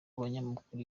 banyamakuru